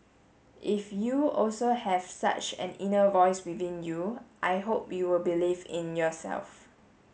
if you also have such an inner voice within you I hope you will believe in yourself